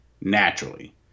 naturally